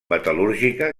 metal·lúrgica